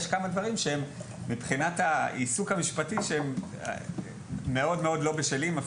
יש כמה דברים שמבחינת העיסוק המשפטי מאוד לא בשלים.